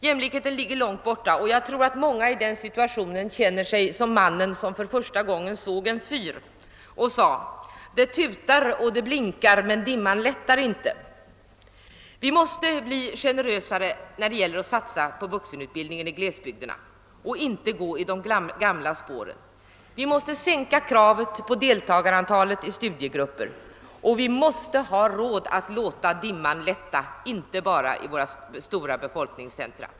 Jämlikheten ligger långt borta och jag tror att många i den situationen känner sig som mannen som för första gången såg en fyr och sade: »Det tutar och det blinkar men dimman lättar inte.« Vi måste bli generösare när det gäller vuxenutbildningen och inte gå i de gamla spåren. Vi måste sänka kravet på deltagarantalet i studiegrupper. Vi måste ha råd att låta dimman lätta inte bara i våra stora befolkningscentra.